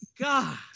God